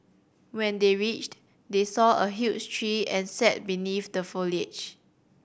when they reached they saw a huge tree and sat beneath the foliage